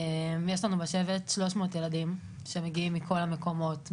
יש לנו בשבט 300 ילדים שמגיעים מכל המקומות,